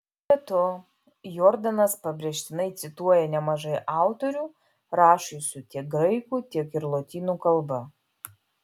be to jordanas pabrėžtinai cituoja nemažai autorių rašiusių tiek graikų tiek ir lotynų kalba